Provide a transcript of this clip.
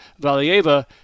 Valieva